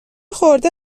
خورده